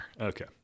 Okay